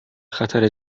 خطر